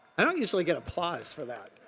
i don't usually get applause for that.